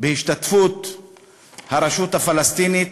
בהשתתפות הרשות הפלסטינית,